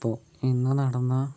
ഇപ്പോൾ ഇന്ന് നടന്ന